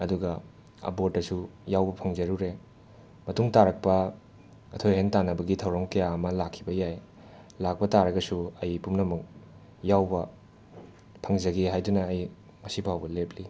ꯑꯗꯨꯒ ꯑꯕꯣꯔꯠꯇꯁꯨ ꯌꯥꯎꯕ ꯐꯪꯖꯔꯨꯔꯦ ꯃꯇꯨꯡ ꯇꯥꯔꯛꯄ ꯑꯊꯣꯏ ꯑꯍꯦꯟ ꯇꯥꯟꯅꯕꯒꯤ ꯊꯧꯔꯝ ꯀꯌꯥ ꯑꯃ ꯂꯥꯛꯈꯤꯕ ꯌꯥꯏ ꯂꯥꯛꯄ ꯇꯥꯔꯒꯁꯨ ꯑꯩ ꯄꯨꯝꯅꯃꯛ ꯌꯥꯎꯕ ꯐꯪꯖꯒꯦ ꯍꯥꯏꯗꯨꯅ ꯑꯩ ꯉꯁꯤꯐꯥꯎꯕ ꯂꯦꯞꯂꯤ